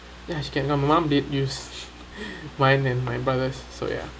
yes should get and mum did use mine and my brothers so ya